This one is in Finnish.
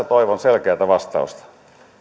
toivon selkeätä vastausta